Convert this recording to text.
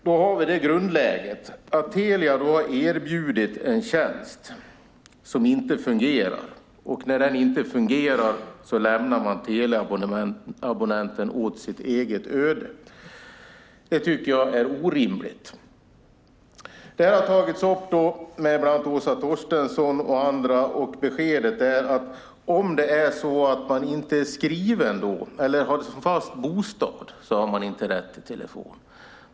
Vi har det grundläget att Telia har erbjudit en tjänst som inte fungerar, och när den inte fungerar lämnar man abonnenten åt sitt eget öde. Det tycker jag är orimligt. Detta har tagits upp med bland annat Åsa Torstensson och andra. Beskedet är att om man inte är skriven på en adress eller har den som fast bostad har man inte rätt till telefon.